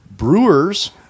Brewers